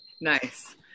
Nice